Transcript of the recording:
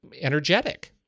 energetic